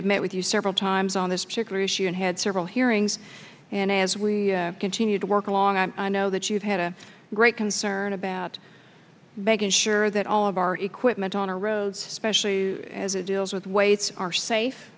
you several times on this particular issue and had several hearings and as we continue to work along i know that you've had a great concern about making sure that all of our equipment on our road specially as it deals with weights are safe